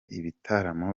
ibitaro